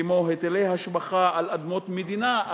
כמו היטלי השבחה על אדמות מדינה,